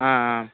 ஆ ஆ